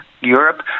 Europe